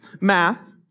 Math